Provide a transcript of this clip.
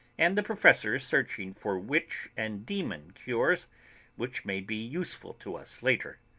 and the professor is searching for witch and demon cures which may be useful to us later.